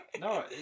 No